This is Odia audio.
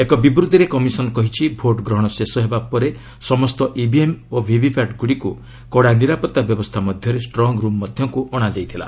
ଏକ ବିବୃତ୍ତିରେ କମିଶନ୍ କହିଛି ଭୋଟ୍ ଗ୍ରହଣ ଶେଷ ହେବା ପରେ ସମସ୍ତ ଇଭିଏମ୍ ଓ ଭିଭିପାଟ୍ ଗୁଡ଼ିକୁ କଡ଼ା ନିରାପତ୍ତା ବ୍ୟବସ୍ଥା ମଧ୍ୟରେ ଷ୍ଟ୍ରଙ୍ଗ୍ ରୁମ୍ ମଧ୍ୟକୁ ଅଶାଯାଇଥିଲା